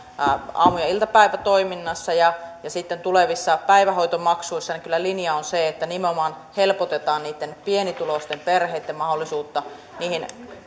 aamu ja iltapäivätoiminnassa ja sitten tulevissa päivähoitomaksuissa kyllä linja on se että nimenomaan helpotetaan niitten pienituloisten perheitten mahdollisuutta niihin